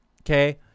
okay